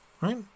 right